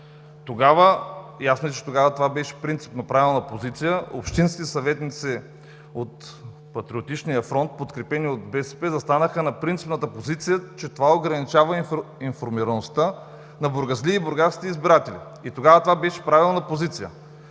Бургас. Ясно е, че тогава това беше принципно правилна позиция – общинските съветници от Патриотичния фронт, подкрепени от БСП, застанаха на принципната позиция, че това ограничава информираността на бургазлии и бургаските избиратели. И тогава това беше правилна позиция.